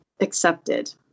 accepted